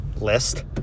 list